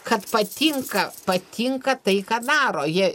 kad patinka patinka tai ką daro jie